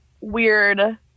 weird